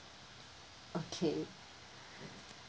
okay